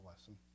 lesson